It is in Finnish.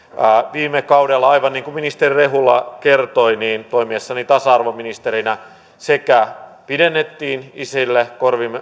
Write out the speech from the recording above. viime kaudella aivan niin kuin ministeri rehula kertoi toimiessani tasa arvoministerinä sekä pidennettiin isille